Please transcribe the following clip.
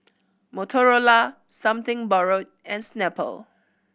Motorola Something Borrowed and Snapple